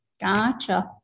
Gotcha